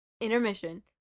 Intermission